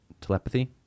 Telepathy